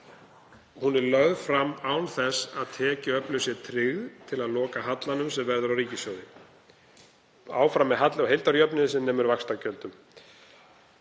Hún er lögð fram án þess að tekjuöflun sé tryggð til að loka hallanum sem verður á ríkissjóði. Áfram er halli á heildarjöfnuði sem nemur vaxtagjöldum.